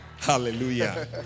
Hallelujah